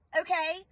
okay